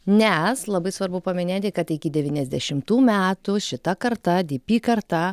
nes labai svarbu paminėti kad iki devyniasdešimtų metų šita karta dp karta